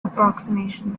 approximation